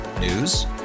News